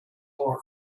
more